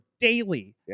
daily